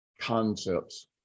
concepts